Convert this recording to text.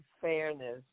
fairness